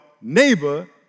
neighbor